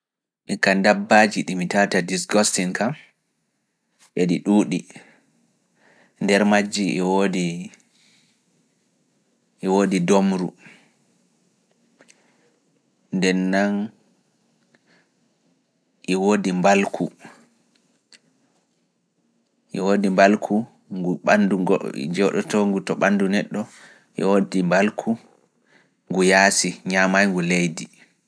Dabbaaji kam marɗi emotions kanji woni googooru, waandu, rawaandu, peepa tuuru, ndemboo woodi puccu, ndemboo woodi dolfin.